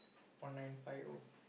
one nine five O